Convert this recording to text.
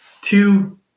two